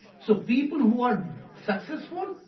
so people who were successful,